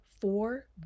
four